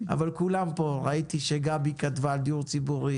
אבל כולם פה ראיתי שגבי לסקי כתבה על דיור ציבורי